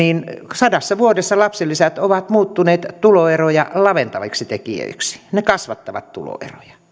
sadassa vuodessa lapsilisät ovat muuttuneet tuloeroja laventaviksi tekijöiksi ne kasvattavat tuloeroja